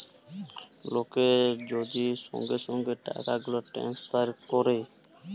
লককে যদি সঙ্গে সঙ্গে টাকাগুলা টেলেসফার ক্যরে